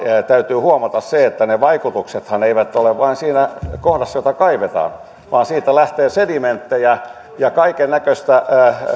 täytyy huomata se että ne vaikutuksethan eivät ole vain siinä kohdassa jota kaivetaan vaan siitä lähtee sedimenttejä ja kaiken näköistä